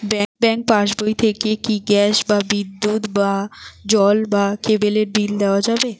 Bank পাশবই থেকে কি গ্যাস বা বিদ্যুৎ বা জল বা কেবেলর বিল দেওয়া যাবে?